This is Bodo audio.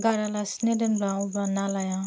गारालासिनो दोनब्ला अब्ला नालाया